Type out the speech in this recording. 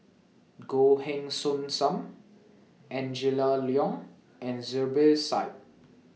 Goh Heng Soon SAM Angela Liong and Zubir Said